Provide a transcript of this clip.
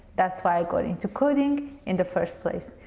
that's why i got into coding in the first place,